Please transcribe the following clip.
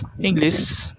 English